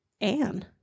Anne